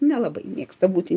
nelabai mėgsta būti